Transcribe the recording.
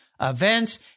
events